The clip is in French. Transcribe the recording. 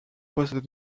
poste